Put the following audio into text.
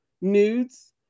nudes